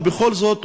ובכל זאת,